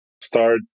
start